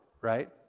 right